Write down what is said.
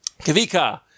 Kavika